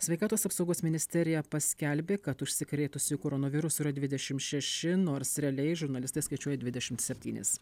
sveikatos apsaugos ministerija paskelbė kad užsikrėtusiųjų koronovirusu yra dvidešim šeši nors realiai žurnalistai skaičiuoja dvidešimt septynis